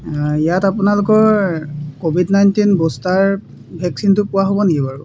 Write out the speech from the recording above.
ইয়াত আপোনালোকৰ covid nineteen booster ভেকচিনটো পোৱা হ'ব নেকি বাৰু